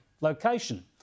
location